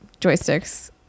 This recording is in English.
joysticks